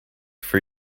for